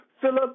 Philip